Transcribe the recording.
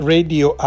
Radio